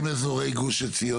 מה עם אזורי גוש עציון?